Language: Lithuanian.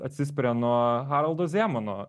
atsispiria nuo haroldo zemano